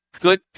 good